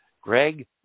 Greg